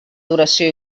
duració